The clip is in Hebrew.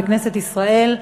בכנסת ישראל.